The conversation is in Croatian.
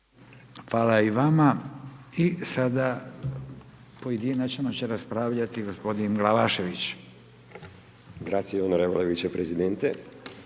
Hvala i vama. I sada pojedinačno će raspravljati gospodin Glavašević. **Glavašević, Bojan